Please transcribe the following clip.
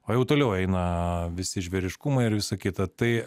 o jau toliau eina visi žvėriškumai ir visa kita tai